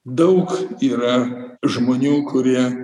daug yra žmonių kurie